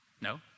No